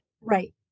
right